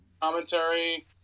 Commentary